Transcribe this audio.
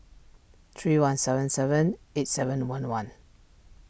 three one seven seven eight seven one one